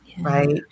Right